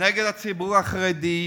ונגד הציבור החרדי,